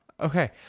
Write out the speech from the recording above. Okay